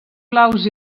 blaus